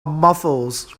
muffled